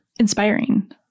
inspiring